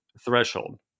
threshold